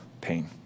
pain